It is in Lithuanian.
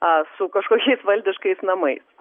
ar su kažkokiais valdiškais namais